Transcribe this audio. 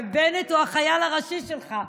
ובנט הוא החייל הראשי שלך?